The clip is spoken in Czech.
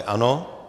Ano.